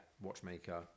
watchmaker